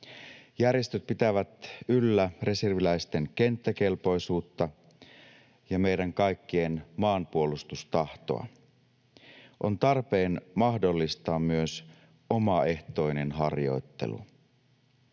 Järjestöt pitävät yllä reserviläisten kenttäkelpoisuutta ja meidän kaikkien maanpuolustustahtoa. On tarpeen mahdollistaa myös omaehtoinen harjoittelu.